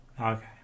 Okay